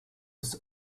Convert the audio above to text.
its